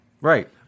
Right